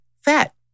fat